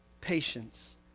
patience